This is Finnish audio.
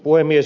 puhemies